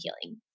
healing